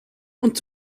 und